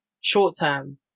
short-term